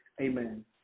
Amen